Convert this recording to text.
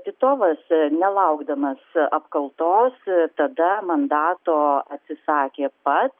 titovas nelaukdamas apkaltos tada mandato atsisakė pats